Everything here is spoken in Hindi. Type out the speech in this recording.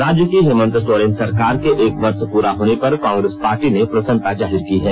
राज्य की हेमन्त सोरेन सरकार के एक वर्ष पूरा होने पर कांग्रेस पार्टी ने प्रसन्नता जाहिर की है